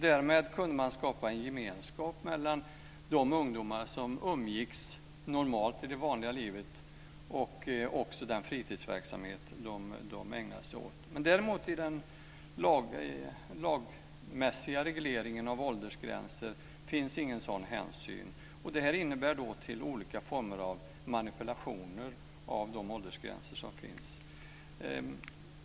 Därmed kunde man skapa en gemenskap mellan de ungdomar som umgicks i det vanliga livet även i den fritidsverksamhet de ägnade sig åt. I den lagmässiga regleringen av åldersgränser finns däremot ingen sådan hänsyn. Det här leder till olika former av manipulationer av de åldersgränser som finns.